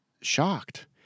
shocked